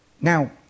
Now